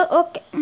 okay